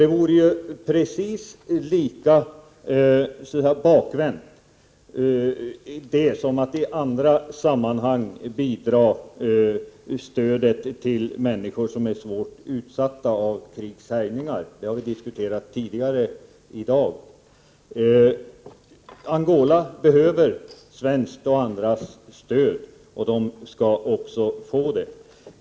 Det vore precis lika bakvänt som att i andra sammanhang dra in stödet till människor som är svårt utsatta på grund av krigshärjningar. Detta har vi diskuterat tidigare i dag. Angola behöver Sveriges och andra länders stöd, och Angola skall också få det.